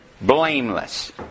blameless